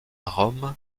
rome